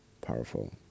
powerful